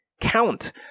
count